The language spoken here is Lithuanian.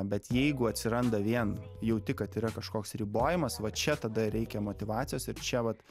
bet jeigu atsiranda vien jauti kad yra kažkoks ribojimas va čia tada reikia motyvacijos ir čia vat